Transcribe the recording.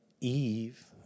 eve